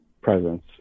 presence